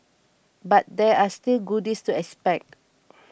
but there are still goodies to expect